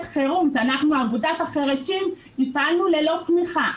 חירום שאנחנו באגודת החירשים הפעלנו ללא תמיכה.